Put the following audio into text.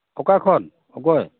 ᱚᱠᱟ ᱠᱷᱚᱱ ᱚᱠᱚᱭ